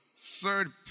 third